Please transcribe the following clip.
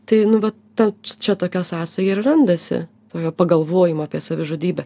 tai nu va ta čia tokia sąsaja ir randasi tokio pagalvojimo apie savižudybę